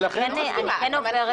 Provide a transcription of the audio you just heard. אני לא מסכימה,